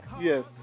Yes